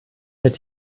wird